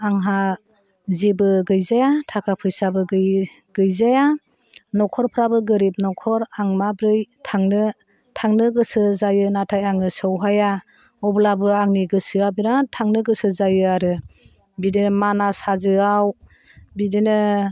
आंहा जेबो गैजाया थाखा फैसाबो गै गैजाया नखरफ्राबो गोरिब नखर आं माब्रै थांनो थांनो गोसो जायो नाथाय आङो सौहाया अब्लाबो आंनि गोसोआ बिराथ थांनो गोसो जायो आरो बिदिनो मानास हाजोआव बिदिनो